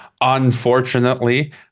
unfortunately